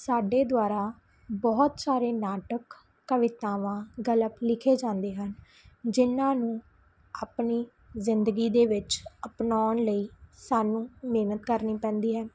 ਸਾਡੇ ਦੁਆਰਾ ਬਹੁਤ ਸਾਰੇ ਨਾਟਕ ਕਵਿਤਾਵਾਂ ਗਲਪ ਲਿਖੇ ਜਾਂਦੇ ਹਨ ਜਿਹਨਾਂ ਨੂੰ ਆਪਣੀ ਜ਼ਿੰਦਗੀ ਦੇ ਵਿੱਚ ਅਪਣਾਉਣ ਲਈ ਸਾਨੂੰ ਮਿਹਨਤ ਕਰਨੀ ਪੈਂਦੀ ਹੈ